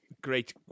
Great